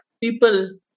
people